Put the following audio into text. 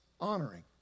honoring